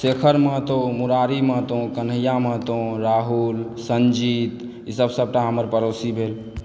शेखर महतो मुरारी महतो कन्हैया महतो राहुल सञ्जीत ईसभ सभटा हमर पड़ोसी भेल